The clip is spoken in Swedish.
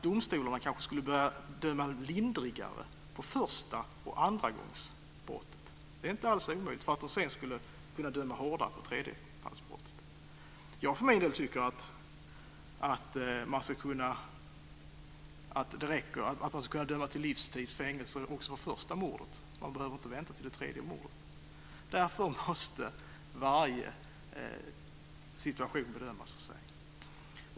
Domstolarna skulle kanske börja döma lindrigare vid första och andragångsbrott för att sedan kunna döma hårdare vid tredjefallsbrott. Jag tycker för min del att det räcker att det kan dömas till livstids fängelse också för det första mordet. Man behöver inte vänta till det tredje mordet. Därför måste varje situation bedömas för sig.